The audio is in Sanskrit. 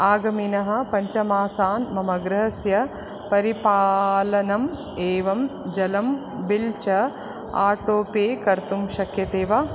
आगामिनः पञ्चमासान् मम गृहस्य परिपालनम् एवंं जलम् बिल् च आटो पे कर्तुं शक्यते वा